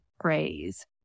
phrase